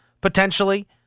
potentially